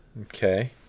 Okay